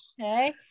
Okay